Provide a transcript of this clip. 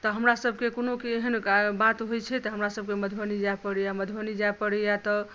तऽ हमरा सबकेँ कोनो कि एहन बात होइ छै तऽ हमरा सबकेँ मधुबनी जाय पड़ैया मधुबनी जाय पड़ैया तऽ